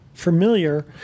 Familiar